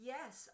Yes